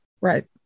Right